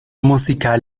musical